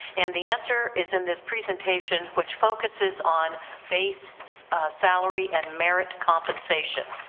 and the answer is in this presentation which focuses on base salary and merit compensation.